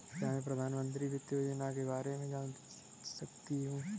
क्या मैं प्रधानमंत्री वित्त योजना के बारे में जान सकती हूँ?